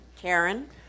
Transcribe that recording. Karen